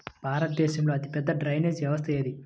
భారతదేశంలో అతిపెద్ద డ్రైనేజీ వ్యవస్థ ఏది?